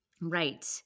Right